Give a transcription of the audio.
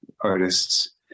artists